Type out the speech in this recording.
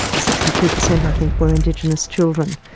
sixty two percent i think, were indigenous children.